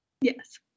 Yes